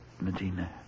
Medina